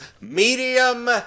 medium